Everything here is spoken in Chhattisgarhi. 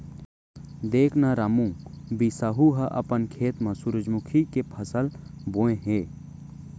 देख न रामू, बिसाहू ह अपन खेत म सुरूजमुखी के फसल बोय हे